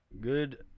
good